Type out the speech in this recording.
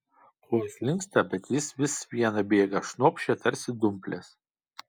kojos linksta bet jis vis viena bėga šnopščia tarsi dumplės